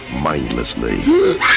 mindlessly